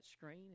screen